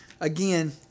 again